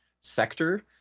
sector